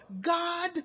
God